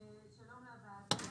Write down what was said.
שלום לוועדה.